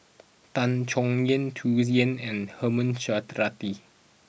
Tan Chay Yan Tsung Yeh and Herman Hochstadt